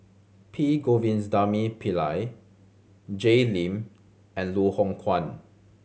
P Govindasamy Pillai Jay Lim and Loh Hoong Kwan